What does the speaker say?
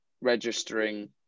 registering